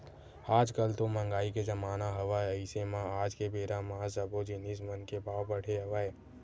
आज कल तो मंहगाई के जमाना हवय अइसे म आज के बेरा म सब्बो जिनिस मन के भाव बड़हे हवय